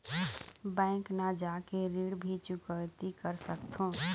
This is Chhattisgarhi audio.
बैंक न जाके भी ऋण चुकैती कर सकथों?